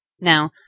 Now